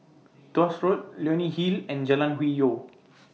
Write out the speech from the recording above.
Tuas Road Leonie Hill and Jalan Hwi Yoh